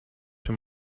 czy